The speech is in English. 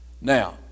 now